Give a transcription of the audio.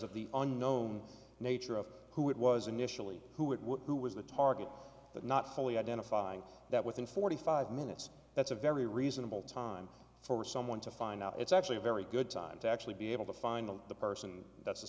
of the unknown nature of who it was initially who it was who was the target that not fully identifying that within forty five minutes that's a very reasonable time for someone to find out it's actually a very good time to actually be able to find the person that's the